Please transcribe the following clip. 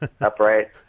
upright